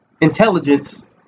intelligence